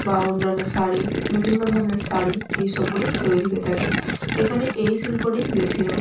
বা অন্যান্য শাড়ি বিভিন্ন ধরনের শাড়ি এই সবগুলি তৈরি হয়ে থাকে এখানে এই শিল্পটি বেশি হয়